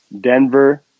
Denver